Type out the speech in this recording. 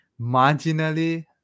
marginally